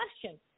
question